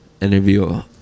interview